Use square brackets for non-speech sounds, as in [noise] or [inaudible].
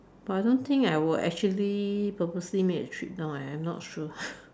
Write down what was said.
but I don't think I will actually purposely make a trip down eh I'm not sure [laughs]